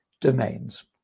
domains